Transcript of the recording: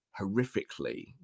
horrifically